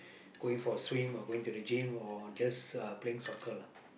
going for a swim or going to the gym or just uh playing soccer lah